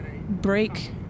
break